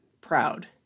proud